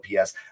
OPS